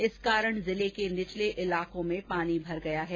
इस कारण जिले के निचले इलाकों में पानी भर गया है